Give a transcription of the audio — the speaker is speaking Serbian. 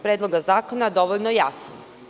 Predloga zakona dovoljno jasan.